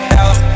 out